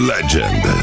Legend